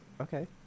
Okay